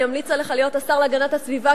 אני אמליץ עליך להיות השר להגנת הסביבה,